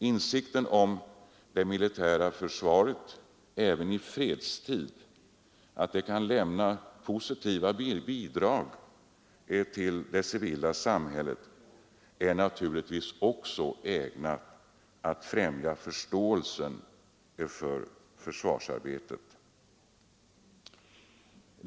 Insikten om att det militära försvaret även i fredstid kan lämna positiva bidrag till det civila samhället är naturligtvis också ägnad att främja förståelsen för försvarsarbetet.